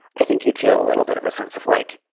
i think you'd feel a little bit of a sense of like,